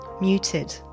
muted